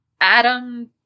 Adam